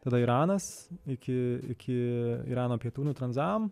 tada iranas iki iki irano pietų nutranzavom